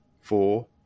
four